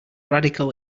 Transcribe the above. radical